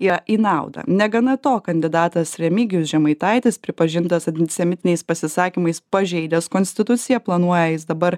ėjo į naudą negana to kandidatas remigijus žemaitaitis pripažintas antisemitiniais pasisakymais pažeidęs konstituciją planuoja jis dabar